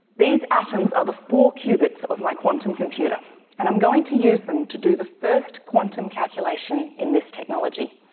these atoms are the four cubits of my quantum computer and i'm going to use them to do the first quantum calculation in this technology.